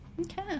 Okay